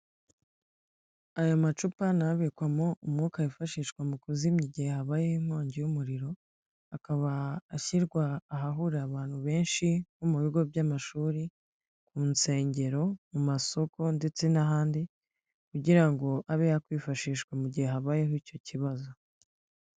Aya macupa ni abikwamo umwuka wifashishwa mu kuzimya igihe habayeho inkongi y'umuriro, akaba ashyirwa ahahurira abantu benshi nko mu bigo by'amashuri, mu nsengero, mu masoko ndetse n'ahandi kugira ngo abe yakwifashishwa mu gihe habayeho icyo kibazo.